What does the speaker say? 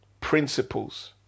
principles